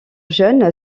jeune